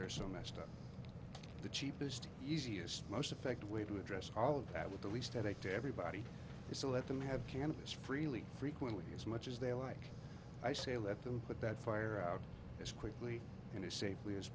they're so messed up the cheapest easiest most effective way to address all of that with the least i think to everybody is to let them have cannabis freely frequently as much as they like i say let them but that fire out as quickly and as safely as